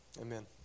amen